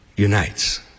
Unites